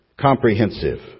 Comprehensive